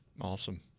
Awesome